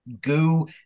goo